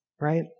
Right